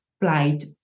flight